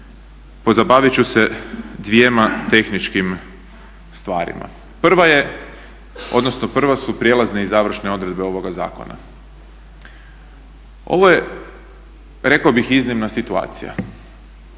pozabavit ću se dvjema tehničkim stvarima. Prva je, odnosno prve su prijelazne i završne odredbe ovoga zakona. Ovo je rekao bih iznimna situacija.